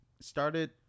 started